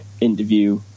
interview